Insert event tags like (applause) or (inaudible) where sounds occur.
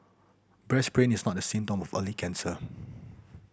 breast pain is not a symptom of early cancer (noise)